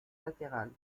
latérale